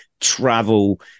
travel